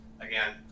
again